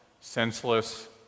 senseless